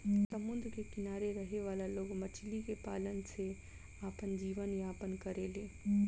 समुंद्र के किनारे रहे वाला लोग मछली के पालन से आपन जीवन यापन करेले